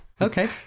Okay